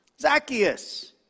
Zacchaeus